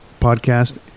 podcast